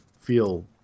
feel